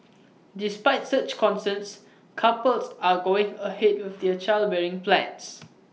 despite such concerns couples are going ahead with their childbearing plans